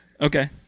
Okay